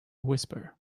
whisper